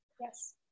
yes